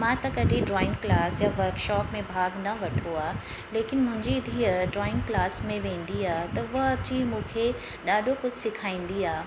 मां त कॾहिं ड्रॉइंग क्लास या वर्कशॉप में भाॻ न वरितो आहे लेकिनि मुंहिंजी धीअ ड्रॉइंग क्लास में वेंदी आहे त उहा अची मूंखे ॾाढो कुझु सेखारींदी आहे